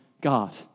God